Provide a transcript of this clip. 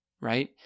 right